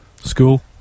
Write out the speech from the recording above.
School